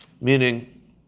Meaning